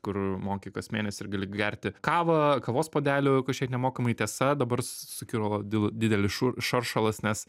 kur moki kas mėnesį ir gali gerti kavą kavos puodelių kažkiek nemokamai tiesa dabar sukilo dėl didelis šaršalas nes